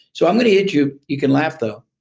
so, i'm going to hit you. you can laugh though.